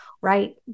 right